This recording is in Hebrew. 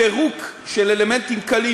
פירוק של אלמנטים קלים,